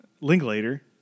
Linklater